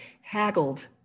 haggled